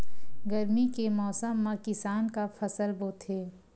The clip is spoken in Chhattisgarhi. गरमी के मौसम मा किसान का फसल बोथे?